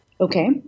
Okay